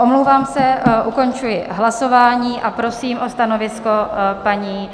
Omlouvám se, ukončuji hlasování a prosím o stanovisko paní...